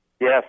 Yes